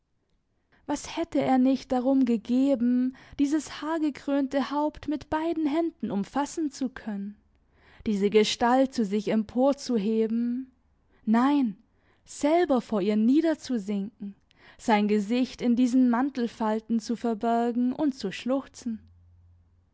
was hätte er nicht darum gegeben dieses haargekrönte haupt mit beiden händen umfassen zu können diese gestalt zu sich emporzuheben nein selber vor ihr niederzusinken sein gesicht in diesen mantelfalten zu verbergen und zu schluchzen